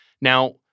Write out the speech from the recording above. Now